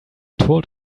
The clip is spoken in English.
told